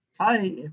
Hi